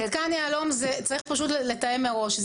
במתקן יהלו"ם צריך פשוט לתאם מראש,